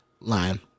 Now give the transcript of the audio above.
Lion